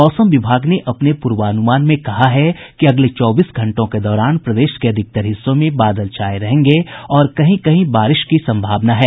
मौसम विभाग ने अपने पूर्वानुमान में कहा है कि अगले चौबीस घंटों के दौरान प्रदेश के अधिकतर हिस्सों में बादल छाये रहेंगे और कहीं कहीं हल्की बारिश की सम्भावना है